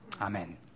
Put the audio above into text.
Amen